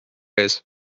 ees